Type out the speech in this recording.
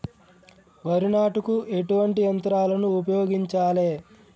వరి నాటుకు ఎటువంటి యంత్రాలను ఉపయోగించాలే?